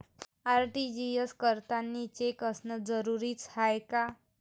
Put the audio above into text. RTGS करतांनी cheque असनं जरुरीच हाय का?